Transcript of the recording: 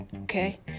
okay